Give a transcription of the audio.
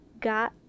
Got